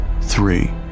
three